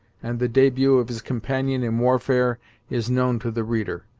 and the debut of his companion in warfare is known to the reader.